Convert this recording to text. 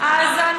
מה